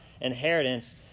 inheritance